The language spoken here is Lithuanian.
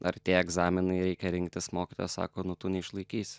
artėja egzaminai reikia rinktis mokytojas sako nu tu neišlaikysi